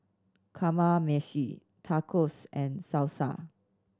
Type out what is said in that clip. Kamameshi Tacos and Salsa